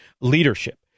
leadership